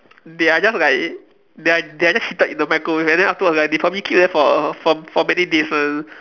they are just like they are they are just heated in the microwave and then afterwards like they probably keep there for a for m~ for many days one